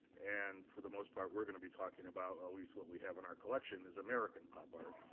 and for the most part, we're going to be talking about at least what we have in our collection is american pop art.